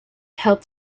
helped